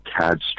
Cad